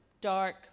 dark